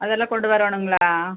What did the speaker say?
அதெல்லாம் கொண்டு வரணுங்களா